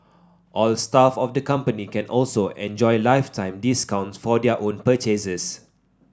all staff of the company can also enjoy lifetime discounts for their own purchases